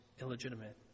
illegitimate